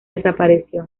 desapareció